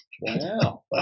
Wow